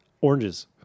oranges